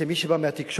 כמי שבא מהתקשורת,